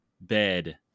bed